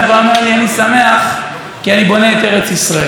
הוא היה אומר לי: אני שמח כי אני בונה את ארץ ישראל.